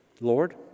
Lord